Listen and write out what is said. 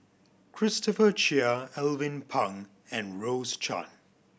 Christopher Chia Alvin Pang and Rose Chan